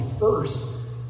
first